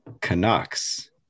Canucks